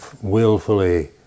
willfully